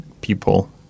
people